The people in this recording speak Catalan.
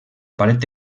paret